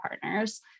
partners